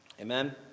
amen